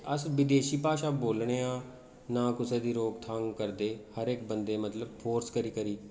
ते अस बदेशी भाशा बोलने आं नां कुसै दी रोकथाम करदे हर इक बंदे मतलब फोर्स करी करी